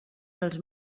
els